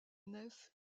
nef